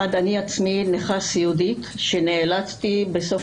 אני עצמי נכה סיעודית שנאלצתי בסוף